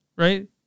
Right